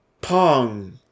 pong